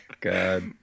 God